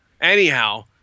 anyhow